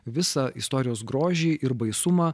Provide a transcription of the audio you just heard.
visą istorijos grožį ir baisumą